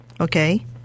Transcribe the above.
Okay